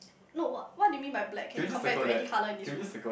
no what do you mean by black can you compare it to any colour in this room